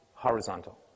horizontal